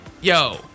yo